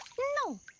no!